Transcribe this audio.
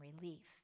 relief